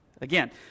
Again